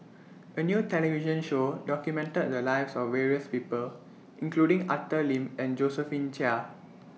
A New television Show documented The Lives of various People including Arthur Lim and Josephine Chia